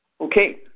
Okay